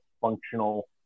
functional